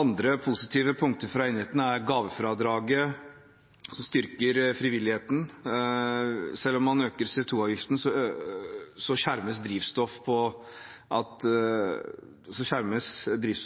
Andre positive punkter fra enighetene er gavefradraget, som styrker frivilligheten. Og selv om man øker CO 2 -avgiften, skjermes drivstoff